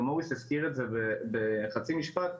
גם מוריס הזכיר את זה בחצי משפט,